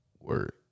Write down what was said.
Word